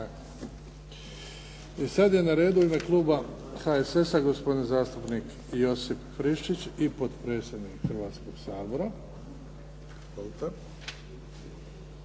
I sada je na redu u ime kluba HSS-a gospodin zastupnik Josip Friščić i potpredsjednik Hrvatskog sabora. Izvolite.